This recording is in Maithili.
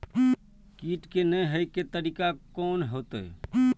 कीट के ने हे के तरीका कोन होते?